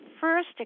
first